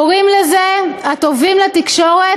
קוראים לזה "הטובים לתקשורת",